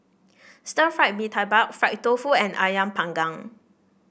Stir Fried Mee Tai Mak Fried Tofu and ayam panggang